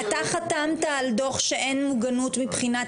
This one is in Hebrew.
אתה חתמת על דוח שאין מוגנות מבחינת